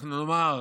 אנחנו נאמר